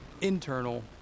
internal